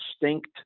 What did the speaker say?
distinct